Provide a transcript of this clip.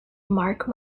mark